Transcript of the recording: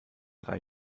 drei